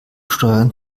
steuern